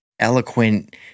eloquent